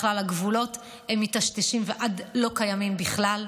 הגבולות מיטשטשים עד לא קיימים בכלל,